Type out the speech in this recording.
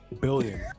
billion